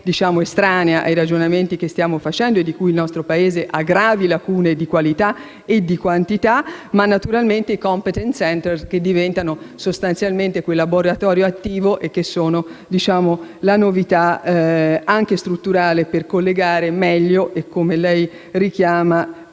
non è estranea ai ragionamenti che stiamo facendo, e in cui il nostro Paese ha gravi lacune di qualità e di quantità. Cito, poi, naturalmente i c*ompetence center*, che diventano laboratori attivi e sono la novità anche strutturale per collegare meglio e, come lei richiama,